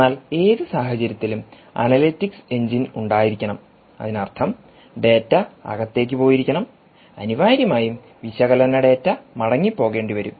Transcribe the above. എന്നാൽ ഏത് സാഹചര്യത്തിലും അനലിറ്റിക്സ് എഞ്ചിൻ ഉണ്ടായിരിക്കണം അതിനർത്ഥം ഡാറ്റ അകത്തേക്ക് പോയിരിക്കണംഅനിവാര്യമായും വിശകലന ഡാറ്റ മടങ്ങി പോകേണ്ടിവരും